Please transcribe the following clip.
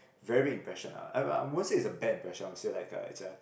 very big impression ah I I wouldn't say it's a bad impression I would say like it's uh